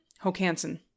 Hokanson